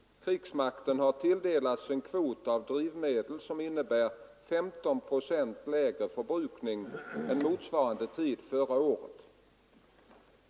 Krigsmakten har tilldelats en kvot av drivmedel som innebär 15 procent lägre förbrukning än motsvarande tid förra året.